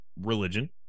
religion